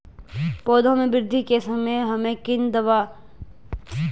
पौधों में वृद्धि के समय हमें किन दावों का छिड़काव करना चाहिए?